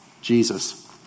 Jesus